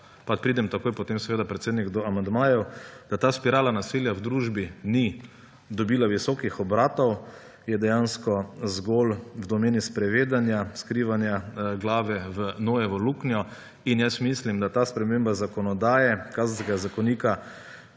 pa pridem takoj potem, predsednik, do amandmajev – da ta spirala nasilja v družbi ni dobila visokih obratov, je dejansko zgolj v domeni sprenevedanja, skrivanja glave v nojevo luknjo. Mislim, da pušča ta sprememba zakonodaje, Kazenskega zakonika